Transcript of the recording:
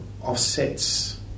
offsets